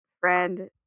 friend